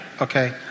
Okay